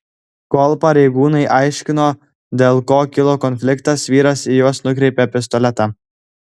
kol pareigūnai aiškino dėl ko kilo konfliktas vyras į juos nukreipė pistoletą